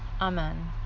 Amen